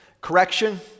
correction